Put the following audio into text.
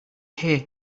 hay